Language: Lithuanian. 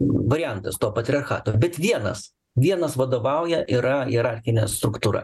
variantas to patriarchato bet vienas vienas vadovauja yra hierarchinė struktūra